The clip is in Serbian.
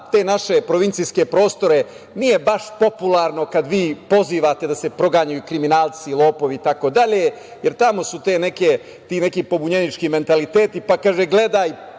te naše provincijske prostore nije baš popularno kada vi pozivate da se proganjaju kriminalci, lopovi itd, jer tamo su ti neki pobunjenički mentaliteti, pa kaže – gledaj,